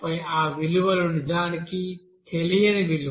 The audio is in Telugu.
25 ఆ విలువలు నిజానికి తెలియని విలువలు